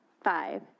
five